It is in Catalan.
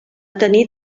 tenir